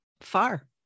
far